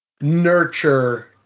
nurture